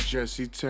Jesse